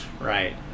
right